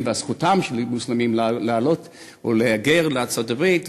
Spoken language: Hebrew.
וזכותם של מוסלמים לעלות או להגר לארצות-הברית,